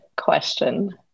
question